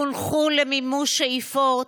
חונכו למימוש שאיפות,